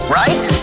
right